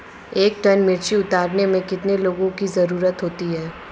एक टन मिर्ची उतारने में कितने लोगों की ज़रुरत होती है?